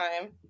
time